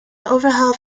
overhaul